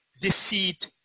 defeat